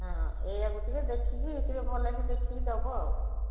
ହଁ ହଁ ଏଇଆକୁ ଟିକେ ଦେଖିକି ଟିକେ ଭଲକି ଦେଖିକି ଦେବ ଆଉ